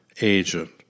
agent